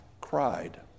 cried